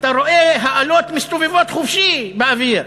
אתה רואה את האלות מסתובבות חופשי באוויר,